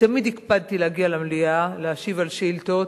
אני תמיד הקפדתי להגיע למליאה, להשיב על שאילתות,